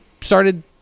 started